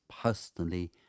personally